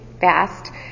fast